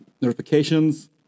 notifications